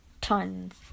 tons